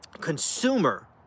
consumer